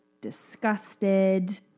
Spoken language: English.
disgusted